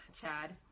chad